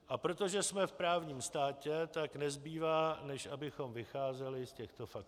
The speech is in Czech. A protože jsme v právním státě, tak nezbývá, než abychom vycházeli z těchto faktů.